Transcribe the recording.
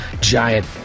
giant